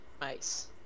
Nice